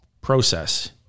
process